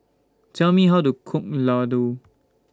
Tell Me How to Cook Ladoo